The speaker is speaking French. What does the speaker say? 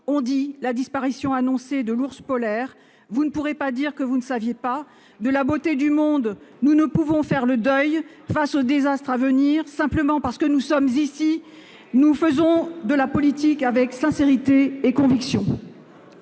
On dit la disparition annoncée de l'ours polaire. Vous ne pourrez pas dire que vous ne saviez pas. De la beauté du monde, nous ne pouvons faire le deuil face au désastre à venir. Simplement, nous faisons de la politique avec sincérité et conviction